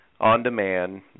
on-demand